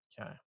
okay